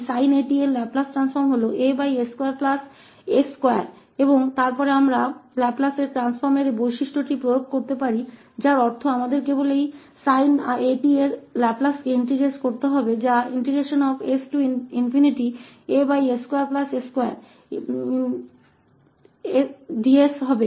तो हम sin 𝑎𝑡 के लाप्लास पता हैaa2s2और फिर हम लाप्लास के इस संपत्ति को लागू कर सकते हैं कि इसका मतलब है हम सिर्फ sin 𝑎𝑡 की इस saa2s2𝑑s लाप्लास को एकीकृत करने के लिए है और कहा कि इसका मतलब है इस sin attका लाप्लास 𝜋2 tan 1sa है